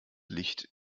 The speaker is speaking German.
licht